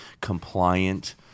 compliant